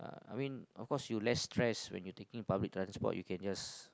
I mean of course you less stress when you taking public transport you can just